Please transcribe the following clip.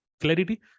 Clarity